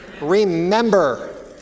Remember